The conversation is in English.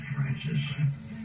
Francis